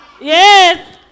Yes